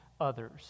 others